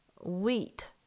wheat